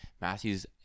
Matthew's